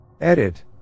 Edit